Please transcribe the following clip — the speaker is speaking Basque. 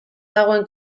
dagoen